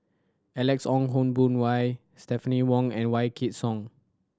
Alex Ong Boon Hau Stephanie Wong and Wykidd Song